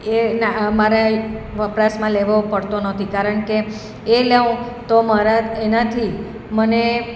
એ ના મારે વપરાશમાં લેવો પડતો નથી કારણ કે એ લઉં તો મારા એનાથી મને